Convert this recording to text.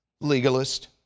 Legalist